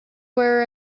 were